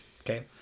Okay